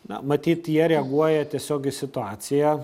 na matyt jie reaguoja tiesiog į situaciją